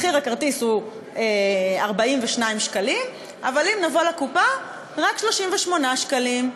מחיר הכרטיס הוא 42 שקלים אבל אם נבוא לקופה רק 38 שקלים.